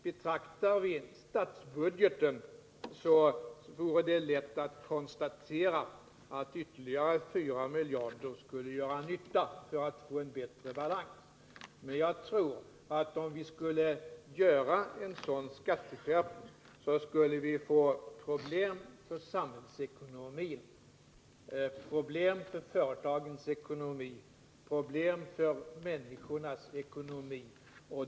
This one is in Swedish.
Om vi ser det ur statsbudgetens synpunkt är det lätt att konstatera att ytterligare 4 miljarder skulle göra nytta och ge en bättre balans, Men jag tror att om vi företog en sådan skatteskärpning så skulle vi få problem för samhällsekonomin, problem för företagens ekonomi och problem för människornas ekonomi.